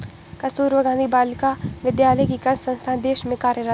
कस्तूरबा गाँधी बालिका विद्यालय की कई संस्थाएं देश में कार्यरत हैं